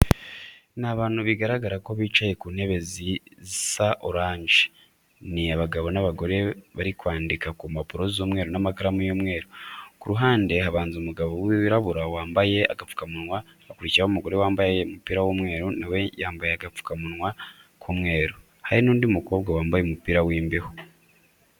Ni abantu bigaragara ko bicaye ku ntebe zisa oranje. Ni qbagabo n'abgore bari kwandika ku mpapuro z'umweru n'amakaramu y'umweru. Ku ruhande habanza umugabo wirabura wambaye agapfukamunywa, hakurikiraho umugore wambaye umupira w'umweru na we yambaye agapfukamunwa k'umweru, hari n'undi mukobwa wambaye umupira w'imbeho.